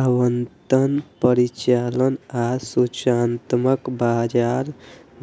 आवंटन, परिचालन आ सूचनात्मक बाजार